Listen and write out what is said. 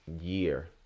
year